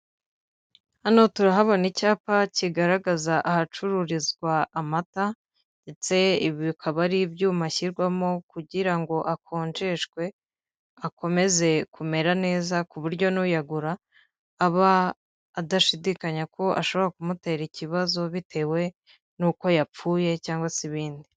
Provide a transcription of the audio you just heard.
Hano turahabona icyapa kigaragaza ahacururizwa amata ndetse ibi bikaba ari ibyuma ashyirwamo kugira ngo akonjeshwe akomeze kumera neza ku buryo n'uyagura aba adashidikanya ko ashobora kumutera ikibazo bitewe n'uko yapfuye cyangwa se ibindi.